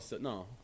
no